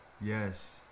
Yes